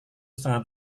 setengah